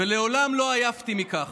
ומעולם לא עייפתי מכך.